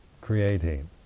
creating